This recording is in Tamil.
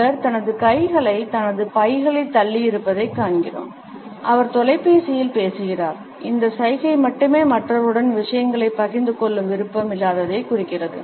அவர் தனது கைகளை தனது பைகளில் தள்ளியிருப்பதைக் காண்கிறோம் அவர் தொலைபேசியில் பேசுகிறார் இந்த சைகை மட்டுமே மற்றவர்களுடன் விஷயங்களைப் பகிர்ந்து கொள்ளும் விருப்பம் இல்லாததைக் குறிக்கிறது